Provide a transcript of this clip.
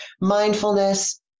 mindfulness